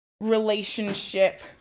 relationship